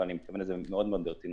אבל אני מתכוון לזה מאוד מאוד ברצינות.